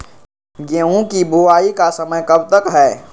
गेंहू की बुवाई का समय कब तक है?